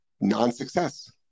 non-success